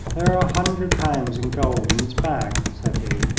there are a hundred pounds in gold in this bag, said he.